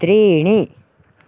त्रीणि